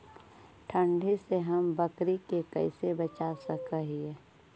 ठंडी से हम बकरी के कैसे बचा सक हिय?